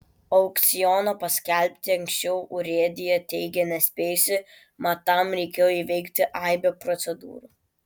aukciono paskelbti anksčiau urėdija teigia nespėjusi mat tam reikėjo įveikti aibę procedūrų